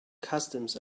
customs